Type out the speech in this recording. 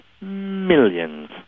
millions